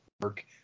work